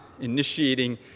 initiating